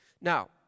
Now